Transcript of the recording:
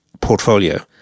portfolio